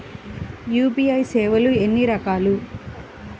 UPI సేవలు ఎన్నిరకాలు?